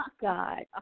God